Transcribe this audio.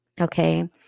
Okay